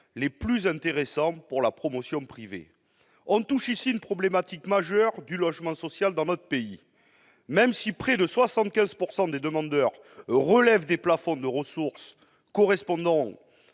les plus intéressants pour la promotion privée. On touche ici à une problématique majeure du logement social dans notre pays : même si, parmi les demandeurs, près de 75 % relèvent des plafonds de ressources correspondant